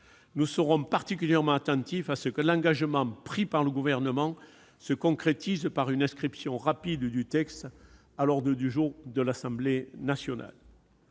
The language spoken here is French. Nous serons particulièrement attentifs à ce que l'engagement pris par le Gouvernement se concrétise par une inscription rapide du texte à l'ordre du jour de l'Assemblée nationale.